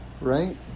right